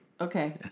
okay